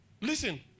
Listen